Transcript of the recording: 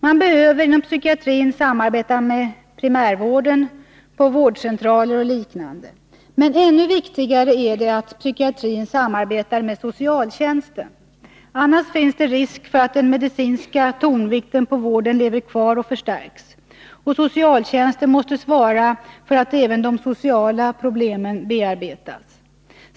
Man behöver samarbeta med primärvården på vårdcentraler och liknande. Men ännu viktigare är det att psykiatrin samarbetar med socialtjänsten. Annars finns det risk för att den medicinska tonvikten på vården lever kvar och förstärks. Socialtjänsten måste svara för att även de sociala problemen bearbetas.